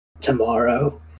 tomorrow